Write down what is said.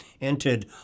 entered